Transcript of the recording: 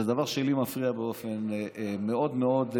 זה דבר שלי מפריע באופן מאוד מאוד,